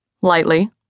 lightly